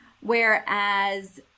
Whereas